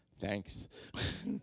thanks